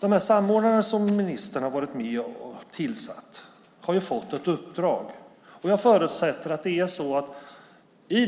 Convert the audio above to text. De samordnare som ministern har varit med och tillsatt har ju fått ett uppdrag. Jag förutsätter att de enligt